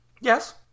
Yes